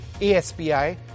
ASPI